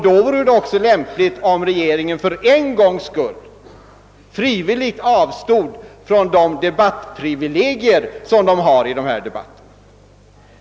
Då vore det också lämpligt om regeringens ledamöter för en gångs skull frivilligt avstod från de privilegier som de har i dessa debatter.